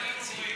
זה רק איציק.